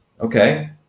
Okay